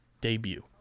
debut